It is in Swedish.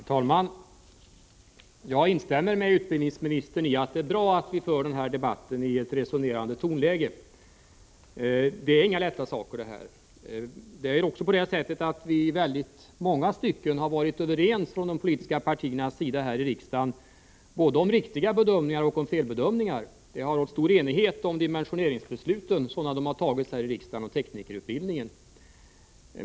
Herr talman! Jag instämmer med utbildningsministern i att det är bra att vi för denna debatt i ett resonerande tonläge. Det här är inga lätta saker. I många stycken har vi också från de politiska partierna här i riksdagen varit överens både om riktiga bedömningar och om felbedömningar. Det har rått stor enighet om de dimensioneringsbeslut som har fattats här i riksdagen i fråga om teknikerutbildningen.